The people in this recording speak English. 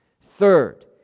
Third